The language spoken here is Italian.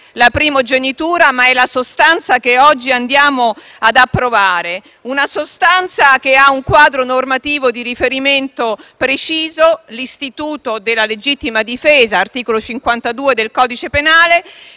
la primogenitura, ma la sostanza del provvedimento che oggi andiamo ad approvare, una sostanza che ha un quadro normativo di riferimento preciso, l'istituto della legittima difesa, *ex* articolo 52 del codice penale,